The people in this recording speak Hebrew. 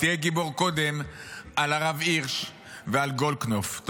תהיה גיבור קודם על הרב הירש ועל גולדקנופ, תודה.